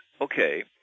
okay